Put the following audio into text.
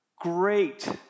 great